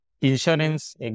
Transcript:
insurance